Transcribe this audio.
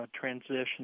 transition